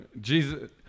Jesus